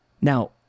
Now